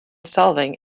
solving